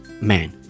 man